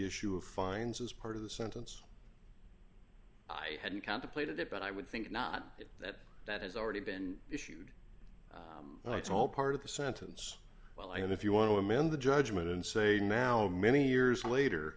issue of fines as part of the sentence i had you contemplated it but i would think not that that has already been issued it's all part of the sentence well and if you want to amend the judgement and say now many years later